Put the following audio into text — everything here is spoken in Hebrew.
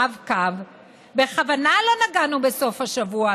ברב-קו"; "בכוונה לא נגענו בסוף השבוע",